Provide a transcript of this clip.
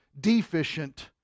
deficient